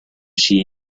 she